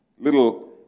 little